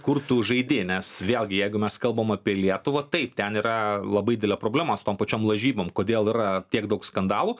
kur tu žaidi nes vėlgi jeigu mes kalbam apie lietuvą taip ten yra labai didelė problema su tom pačiom lažybom kodėl yra tiek daug skandalų